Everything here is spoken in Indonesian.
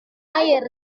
air